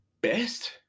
best